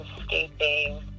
escaping